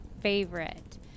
favorite